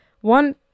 one